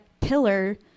pillar